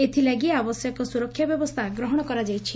ଏଥିଲାଗି ଆବଶ୍ୟକ ସୁରକ୍ଷା ବ୍ୟବସ୍କା ଗ୍ରହଣ କରାଯାଇଛି